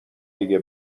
دیگه